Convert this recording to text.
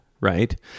right